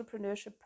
entrepreneurship